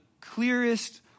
clearest